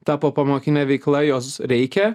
ta popamokinė veikla jos reikia